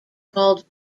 called